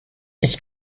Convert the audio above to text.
ich